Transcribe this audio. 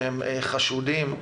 שהם חשודים,